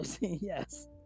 yes